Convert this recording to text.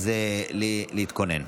אז להתכונן.